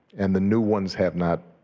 and the new ones have not